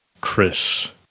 Chris